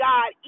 God